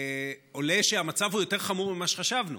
עולה שהמצב הוא יותר חמור ממה שחשבנו,